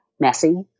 messy